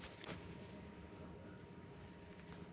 सूत्रकृमीनाशक सस्पेंशनचा काय उपयोग आहे?